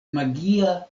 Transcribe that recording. magia